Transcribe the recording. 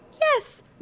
Yes